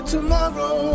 Tomorrow